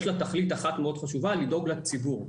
יש לה תכלית אחת מאוד חשובה והיא לדאוג לציבור.